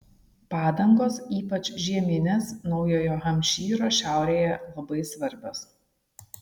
padangos ypač žieminės naujojo hampšyro šiaurėje labai svarbios